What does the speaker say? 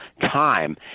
time